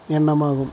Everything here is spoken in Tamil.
எண்ணமாகும்